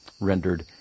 rendered